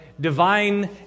Divine